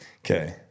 okay